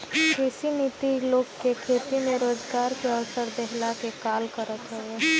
कृषि नीति लोग के खेती में रोजगार के अवसर देहला के काल करत हवे